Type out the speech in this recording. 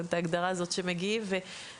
אני לא אוהבת את ההגדרה הזאת שמגיעים; בסוף,